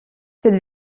cette